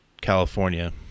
California